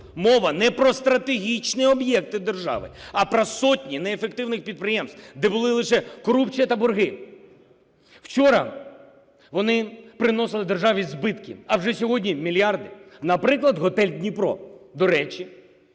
мова не про стратегічні об'єкти держави, а про сотні неефективних підприємств, де були лише корупція та борги. Вчора вони приносили державі збитки, а вже сьогодні – мільярди. Наприклад, готель "Дніпро". До речі,